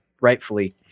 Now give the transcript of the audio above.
rightfully